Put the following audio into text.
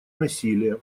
насилия